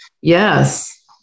Yes